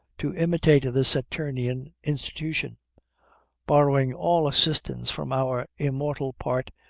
to imitate the saturnian institution borrowing all assistance from our immortal part,